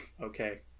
Okay